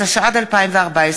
התשע"ד 2014,